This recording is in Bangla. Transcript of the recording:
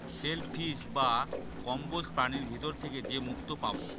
সেল ফিশ বা কম্বোজ প্রাণীর ভিতর থেকে যে মুক্তো পাবো